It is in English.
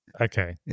Okay